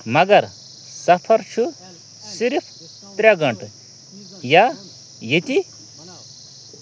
مگر سفر چھُ صرف ترٛےٚ گٲنٛٹہٕ یا ییٚتہِ